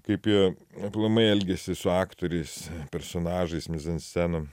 kaip jie aplamai elgiasi su aktoriais personažais mizanscenom